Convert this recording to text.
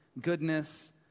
goodness